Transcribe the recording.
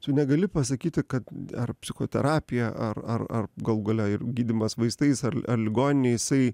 tu negali pasakyti kad ar psichoterapija ar ar ar galų gale ir gydymas vaistais ar ar ligoninėj jisai